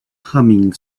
humming